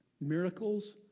Miracles